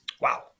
Wow